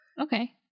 Okay